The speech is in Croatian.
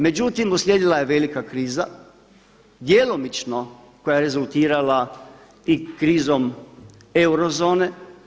Međutim, uslijedila je velika kriza, djelomično koja je rezultirala i krizom euro zone.